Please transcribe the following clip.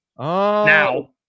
Now